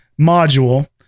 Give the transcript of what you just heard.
module